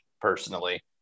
personally